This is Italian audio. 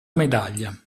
medaglia